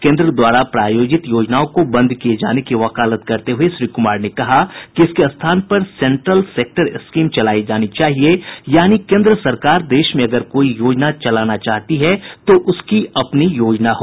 केंद्र द्वारा प्रायोजित योजनाओं को बंद किये जाने की वकालत करते हुए श्री कुमार ने कहा कि इसके स्थान पर सेंट्रल सेक्टर स्कीम चलायी जानी चाहिए यानि केंद्र सरकार देश में अगर कोई योजना चलाना चाहती है तो उसकी अपनी योजना हो